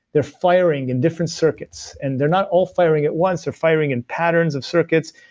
they're firing in different circuits, and they're not all firing at once. they're firing in patterns of circuits.